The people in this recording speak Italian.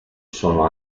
sono